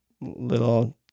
little